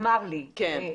בפיילוט אמר לי מנדי,